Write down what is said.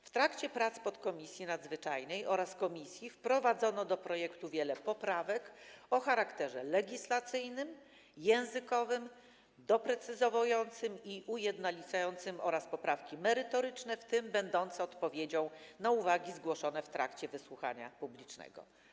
W trakcie prac podkomisji nadzwyczajnej oraz komisji wprowadzono do projektu wiele poprawek o charakterze legislacyjnym, językowym, doprecyzowującym i ujednolicającym oraz poprawki merytoryczne, w tym będące odpowiedzią na uwagi zgłoszone w trakcie wysłuchania publicznego.